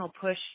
push